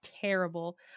terrible